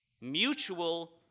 mutual